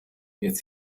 jetzt